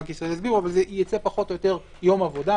יום עבודה,